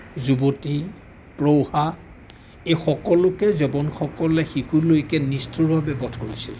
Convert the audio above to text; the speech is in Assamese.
যুৱতী প্ৰৌঢ়া এই সকলোকে জবনসকলে শিশুলৈকে নিষ্ঠুৰভাৱে বধ কৰিছিল